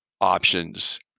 options